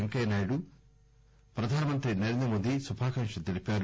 పెంకయ్య నాయుడు ప్రధానమంత్రి నరేంద్రమోదీ శుభాకాంకులు తెలిపారు